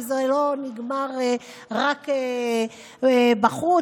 כי זה לא נגמר רק בחוץ,